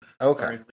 Okay